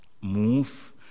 move